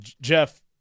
Jeff